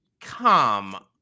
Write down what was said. Come